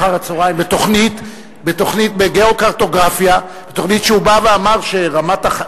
בתוכנית "גיאוקרטוגרפיה" הוא בא ואמר שרמת החיים,